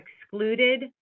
excluded